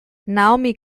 naomi